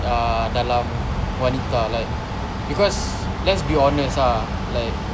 uh dalam wanita like because let's be honest ah like